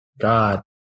God